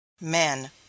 men